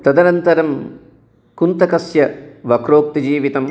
तदनन्तरं कुन्तकस्य वक्रोक्तिजीवितम्